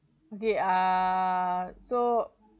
okay err so